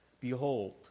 behold